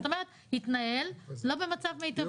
זאת אומרת את אומרת התנהל, לא במצב מיטבי.